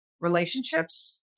relationships